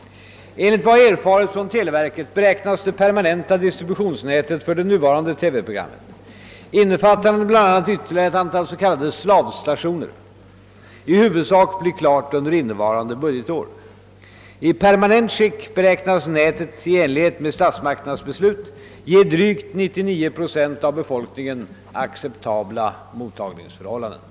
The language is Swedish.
Enligt vad jag erfarit från televerket beräknas det permanenta distributionsnätet för det nuvarande TV-programmet, innefattande bl.a. ytterligare ett antal s.k. slavstationer, i huvudsak bli klart under innevarande budgetår. I permanent skick beräknas nätet, i enlighet med statsmakternas beslut, ge drygt 99 procent av befolkningen acceptabla mottagningsmöjligheter.